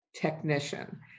technician